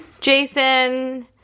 Jason